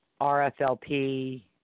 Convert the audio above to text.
RFLP